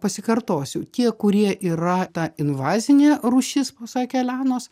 pasikartosiu tie kurie yra ta invazinė rūšis pasak elenos